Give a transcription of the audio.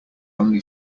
only